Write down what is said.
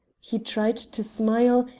he tried to smile,